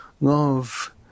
love